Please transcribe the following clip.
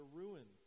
ruin